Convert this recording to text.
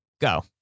Go